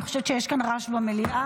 אני חושבת שיש כאן רעש במליאה.